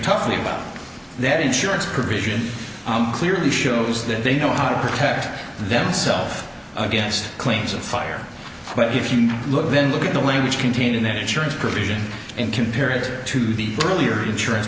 tuffy about that insurance provision clearly shows that they know how to protect themself against claims of fire well if you look then look at the language contained in that insurance provision and compare it to the earlier insurance